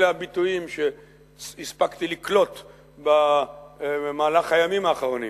אלה הביטויים שהספקתי לקלוט במהלך הימים האחרונים.